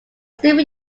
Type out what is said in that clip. stable